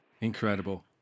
Incredible